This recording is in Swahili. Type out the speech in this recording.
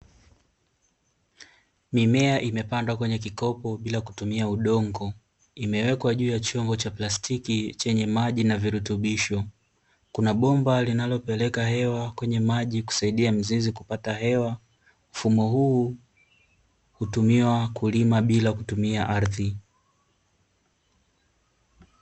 Mimea imepandwa kwenye kikopo bila kutumia udongo imewekwa juu ya chombo cha plastiki chenye maji na virutubisho. Kuna bomba linalo peleka hewa kwenye maji kusaidia mizizi kupata hewa, mfumo huu hutumiwa kulima bila kutumia ardhi